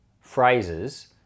phrases